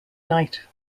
night